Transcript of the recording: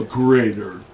greater